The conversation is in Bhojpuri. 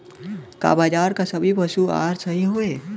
का बाजार क सभी पशु आहार सही हवें?